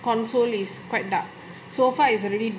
console is quite dark sofa is already